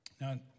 Now